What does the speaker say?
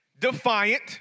defiant